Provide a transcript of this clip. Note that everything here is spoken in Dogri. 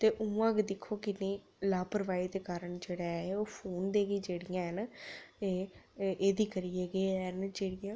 ते उ'आं गै दिक्खो किन्नी लापरवाई दे कारण जेह्ड़ा ऐ ओह् फोन दी गै जेह्ड़ियां हैन एह् एह्दे करियै गै हैन जेह्ड़ियां